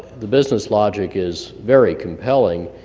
the business logic is very compelling,